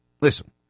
listen